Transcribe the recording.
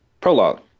prologue